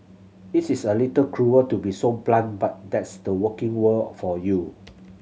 it is a little cruel to be so blunt but that's the working world for you